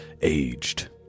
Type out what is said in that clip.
aged